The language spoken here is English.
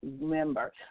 member